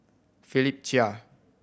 Philip Chia